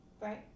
right